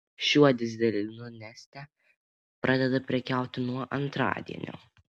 šiuo dyzelinu neste pradeda prekiauti nuo antradienio